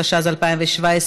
התשע"ז 2017,